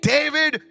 David